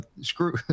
screw